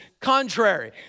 contrary